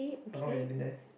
how long has it been there